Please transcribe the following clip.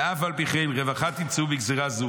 אלא אף על פי כן, רווחה תמצאו בגזרה זו.